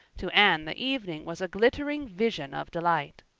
to anne the evening was a glittering vision of delight.